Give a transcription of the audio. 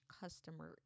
customer